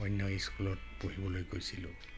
অন্য স্কুলত পঢ়িবলৈ গৈছিলোঁ